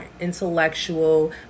intellectual